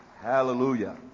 Hallelujah